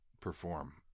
perform